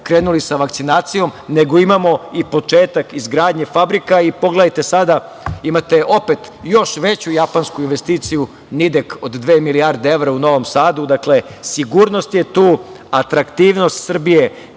krenuli sa vakcinacijom, nego imamo i početak izgradnje fabrika. I pogledajte sada, imate opet još veću japansku investiciju „Nidek“ od dve milijarde evra u Novom Sadu. Dakle, sigurnost je tu, atraktivnost Srbije